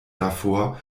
davor